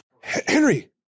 Henry